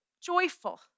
joyful